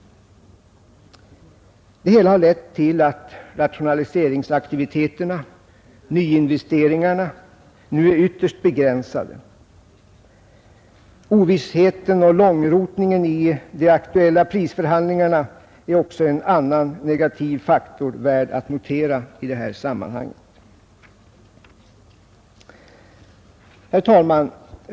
Det hela har lett till att rationaliseringsaktiviteterna, nyinvesteringarna, nu är ytterst begränsade. Ovissheten och långrotningen i de aktuella prisförhandlingarna är en annan negativ faktor, värd att notera i det här sammanhanget. Herr talman!